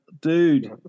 dude